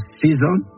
season